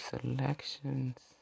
selections